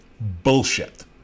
Bullshit